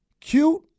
Cute